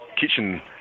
kitchen